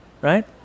Right